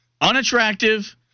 unattractive